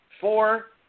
Four